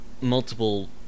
multiple